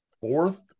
fourth